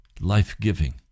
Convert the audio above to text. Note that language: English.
life-giving